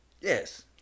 Yes